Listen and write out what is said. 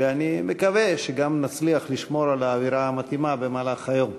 ואני מקווה שגם נצליח לשמור על האווירה המתאימה במהלך היום.